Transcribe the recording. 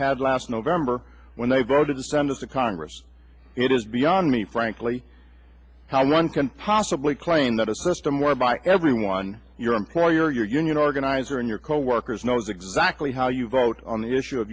had last november when they voted to send us to congress it is beyond me frankly how one can possibly claim that a system whereby everyone your employer your union organizer and your coworkers knows exactly how you vote on the issue of